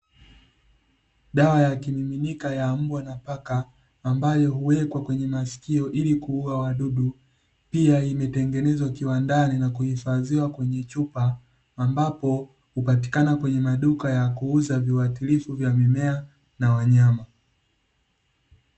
Dawa ya kimiminika ya mbwa na paka, ambayo huwekwa kwenye masikio ili kuua wadudu. Pia imetengenezwa kiwandani na kuhifadhiwa kwenye chupa, ambapo hupatikana kwenye maduka ya kuuza viuatilifu vya mimea na wanyama.